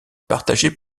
partagé